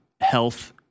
health